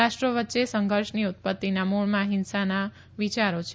રાષ્ટ્રો વચ્ચે સંઘર્ષની ઉત્પત્તીના મૂળમાં હિંસાના વિયારો રહ્યા છે